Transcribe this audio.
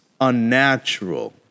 unnatural